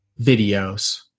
videos